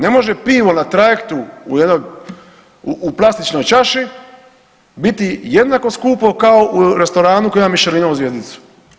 Ne može pivo na trajektu u jednoj, u plastičnoj čaši biti jednako skupo kao u restoranu koji ima Michelinovu zvjezdicu.